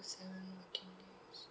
seven working days